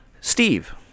Steve